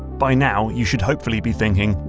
by now you should hopefully be thinking,